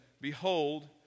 Behold